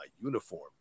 uniform